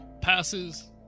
Passes